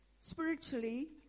Spiritually